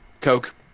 Coke